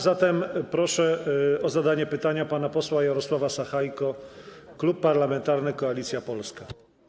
Zatem proszę o zadanie pytania pana posła Jarosława Sachajkę, Klub Parlamentarny Koalicja Polska.